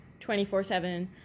24-7